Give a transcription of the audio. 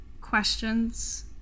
questions